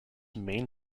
main